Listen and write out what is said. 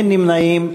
אין נמנעים.